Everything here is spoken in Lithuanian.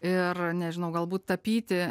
ir nežinau galbūt tapyti